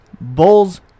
Bulls